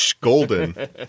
golden